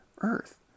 earth